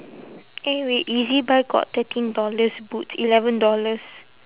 eh wait ezbuy got thirteen dollars boots eleven dollars